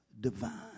divine